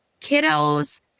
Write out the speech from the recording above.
kiddos